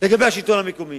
לגבי השלטון המקומי.